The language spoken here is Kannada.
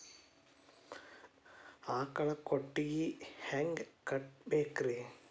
ಆಕಳ ಕೊಟ್ಟಿಗಿ ಹ್ಯಾಂಗ್ ಕಟ್ಟಬೇಕ್ರಿ?